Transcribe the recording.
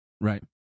Right